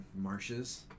marshes